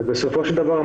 בסופו של דבר,